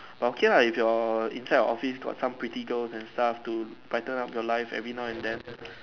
but okay lah if your inside your office got some pretty girls and stuff to brighten up your life every now and then